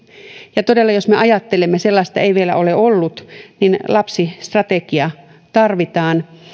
ja todella jos me ajattelemme että sellaista ei vielä ole ollut niin lapsistrategia tarvitaan